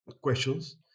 questions